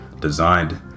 designed